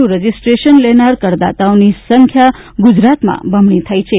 નું રજીસ્ટ્રેશન લેનાર કરદાતાઓની સંખ્યા ગુજરાતમાં બમણી થઇ છે